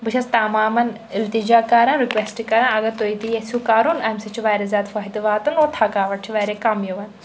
بہٕ چھیٚس تمامَن اِلتِجا کران رِکویٛسٹہٕ کران اگر تُہۍ تہِ یژھِو کرُن اَمہِ سۭتۍ چھُ واریاہ زیادٕ فٲیدٕ واتان اور تھکاوَٹ چھِ واریاہ کم یِوان